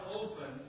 open